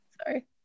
sorry